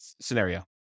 scenario